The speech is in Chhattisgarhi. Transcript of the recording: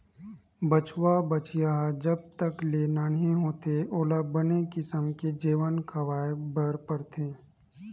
बछवा, बछिया ह जब तक ले नान्हे होथे ओला बने किसम के जेवन खवाए बर परथे